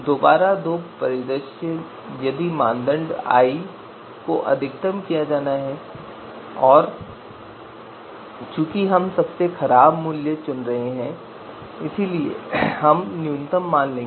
दोबारा दो परिदृश्य यदि मानदंड i को अधिकतम किया जाना है और चूंकि हम सबसे खराब मूल्य चुन रहे हैं इसलिए हम न्यूनतम मान लेंगे